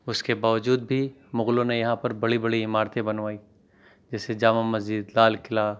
اس کے باوجود بھی مغلوں نے یہاں پر بڑی بڑی عمارتیں بنوائیں جیسے جامع مسجد لال قلعہ